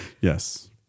Yes